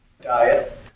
Diet